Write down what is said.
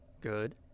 good